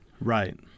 Right